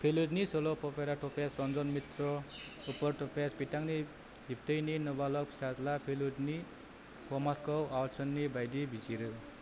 फेलुदानि सल'फपोरा तपेश रन्जन मित्र उर्फ तपसे बिथांनि बिबथैनि नाबालाक फिसाज्ला फेलुदानि हऔम्सखौ अवाटसननि बायदि बिजिरो